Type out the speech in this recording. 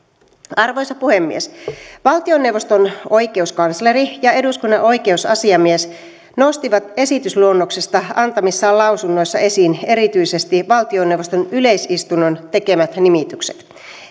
arvoisa puhemies valtioneuvoston oikeuskansleri ja eduskunnan oikeusasiamies nostivat esitysluonnoksesta antamissaan lausunnoissa esiin erityisesti valtioneuvoston yleisistunnon tekemät nimitykset